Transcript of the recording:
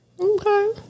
Okay